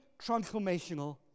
transformational